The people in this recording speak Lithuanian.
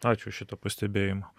ačiū šitą pastebėjimą